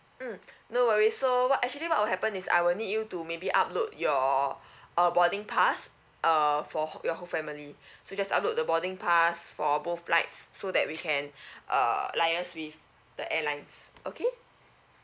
mm no worries so what actually what will happen is I will need you to maybe upload your uh boarding pass uh for who~ your whole family so just upload the boarding pass for both flights so that we can uh liaise with the airlines okay